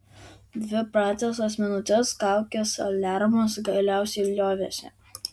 dvi pratisas minutes kaukęs aliarmas galiausiai liovėsi